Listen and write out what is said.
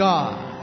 God